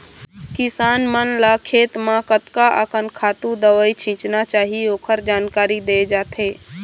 किसान मन ल खेत म कतका अकन खातू, दवई छिचना चाही ओखर जानकारी दे जाथे